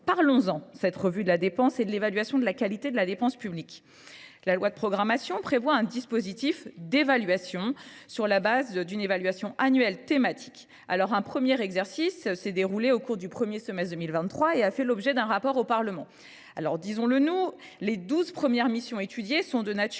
Parlons en, de cette revue et de l’évaluation de la qualité de la dépense publique ! Le projet de loi de programmation prévoit un dispositif d’évaluation fondé sur des évaluations annuelles thématiques. Un premier exercice s’est déroulé au premier semestre 2023 et a fait l’objet d’un rapport au Parlement. Disons le, les douze premières missions étudiées sont de natures